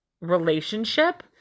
relationship